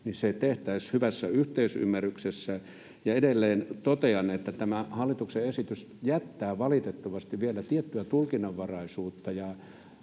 niin se tehtäisiin hyvässä yhteisymmärryksessä. Edelleen totean, että tämä hallituksen esitys jättää valitettavasti vielä tiettyä tulkinnanvaraisuutta.